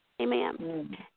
Amen